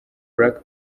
lucky